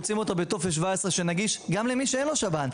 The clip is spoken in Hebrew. בטופס 17 שהוא נגיש גם למי שאין לו שב"ן?